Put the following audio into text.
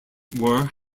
were